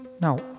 Now